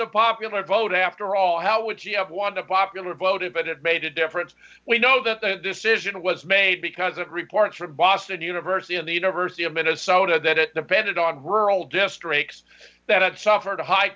the popular vote after all how would she have won the popular vote in but it made a difference we know that the decision was made because of reports from boston university and the university of minnesota that it depended on rural districts that suffered a hi